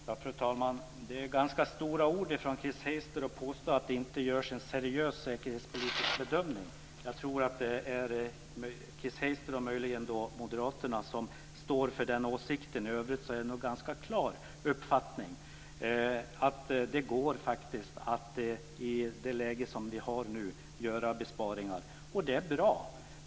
Fru talman! Det är ganska stora ord från Chris Heister när hon påstår att det inte görs en seriös säkerhetspolitisk bedömning. Jag tror att det bara är Chris Heister, och möjligen moderaterna, som står för den åsikten. I övrigt är det nog en ganska klar uppfattning att det i nuvarande läge faktiskt går att göra besparingar. Detta är bra.